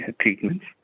treatments